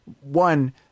one